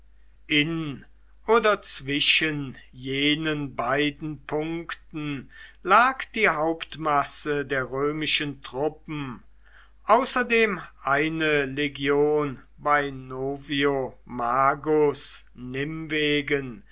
in oder zwischen jenen beiden punkten lag die hauptmasse der römischen truppen außerdem eine legion bei noviomagus